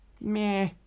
meh